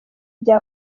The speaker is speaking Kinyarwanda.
bya